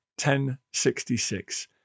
1066